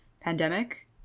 pandemic